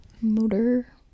Motor